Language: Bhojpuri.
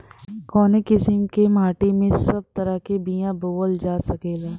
कवने किसीम के माटी में सब तरह के बिया बोवल जा सकेला?